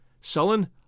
Sullen